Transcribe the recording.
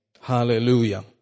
Hallelujah